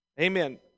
amen